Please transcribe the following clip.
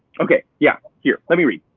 okay, yeah, here, lemme read.